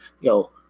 yo